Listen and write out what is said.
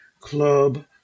club